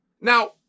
Now